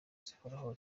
zihoraho